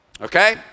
Okay